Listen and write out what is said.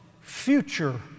future